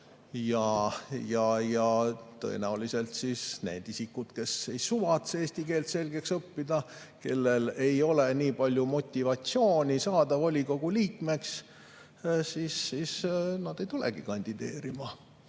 Ja tõenäoliselt need isikud, kes ei suvatse eesti keelt selgeks õppida, kellel ei ole nii palju motivatsiooni saada volikogu liikmeks, ei tulegi kandideerima.